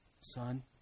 son